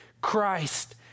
Christ